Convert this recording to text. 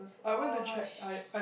oh sh~